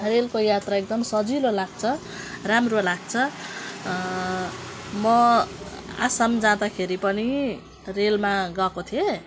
रेलको यात्रा एकदम सजिलो लाग्छ राम्रो लाग्छ म आसाम जाँदाखेरि पनि रेलमा गएको थिएँ